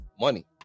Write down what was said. Money